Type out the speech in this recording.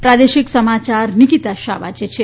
પ્રાદેશિક સમાયાર નિકીતા શાહ વાંચે છે